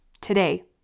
today